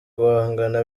guhangana